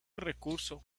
recurso